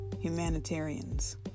humanitarians